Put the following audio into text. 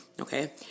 Okay